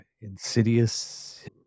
insidious